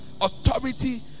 authority